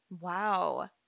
Wow